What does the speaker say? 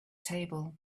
table